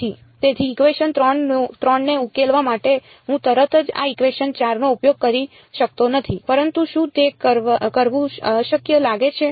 તેથી ઇકવેશન 3 ને ઉકેલવા માટે હું તરત જ આ ઇકવેશન 4 નો ઉપયોગ કરી શકતો નથી પરંતુ શું તે કરવું અશક્ય લાગે છે